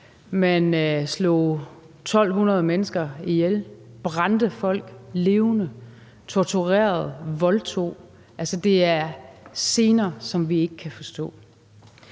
man slog 1.200 mennesker ihjel, brændte folk levende, torturerede, voldtog. Altså, det er scener, som vi ikke kan forstå.